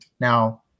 Now